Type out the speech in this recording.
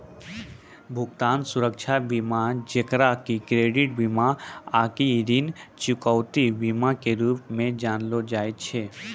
भुगतान सुरक्षा बीमा जेकरा कि क्रेडिट बीमा आकि ऋण चुकौती बीमा के रूपो से जानलो जाय छै